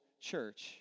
Church